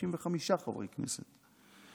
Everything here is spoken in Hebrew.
65 חברי כנסת.